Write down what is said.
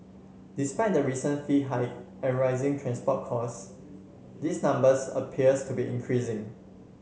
despite the recent fee hike and rising transport cost this numbers appears to be increasing